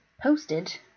posted